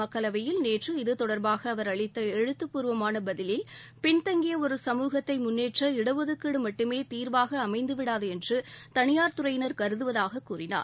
மக்களவையில் நேற்று இத்தொடர்பாக அவர் அளித்த எழுத்துப்பூர்வமான பதிலில் பின்தங்கிய ஒரு சமூகத்தை முன்னேற்ற இடஒதுக்கீடு மட்டுமே தீர்வாக அமைந்துவிடாது என்று தனியார் துறையினர் கருதுவதாக கூறினார்